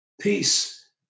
peace